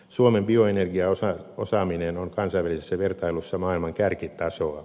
suomen bioenergiaosaaminen on kansainvälisessä vertailussa maailman kärkitasoa